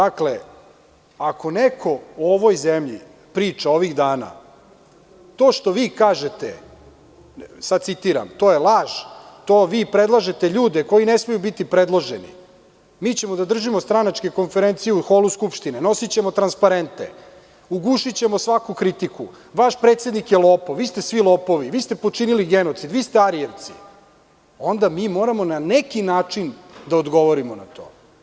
Ako neko u ovoj zemlji priča ovih dana, citiram – to što vi kažete, to je laž, to vi predlažete ljude koji ne smeju biti predloženi, mi ćemo da držimo stranačke konferencije u holu Skupštine, nosićemo transparente, ugušićemo svaku kritiku, vaš predsednik je lopov, vi ste svi lopovi, vi ste počinili genocid, vi ste Arijevci, onda mi moramo na neki način da odgovorimo na to.